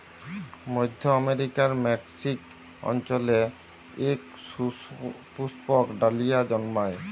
মইধ্য আমেরিকার মেক্সিক অল্চলে ইক সুপুস্পক ডালিয়া জল্মায়